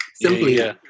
simply